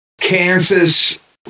Kansas